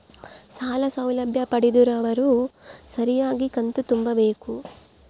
ಸಾಲ ಸೌಲಭ್ಯ ಪಡೆದಿರುವವರು ಸರಿಯಾಗಿ ಕಂತು ತುಂಬಬೇಕು?